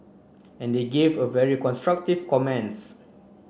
and they gave a very constructive comments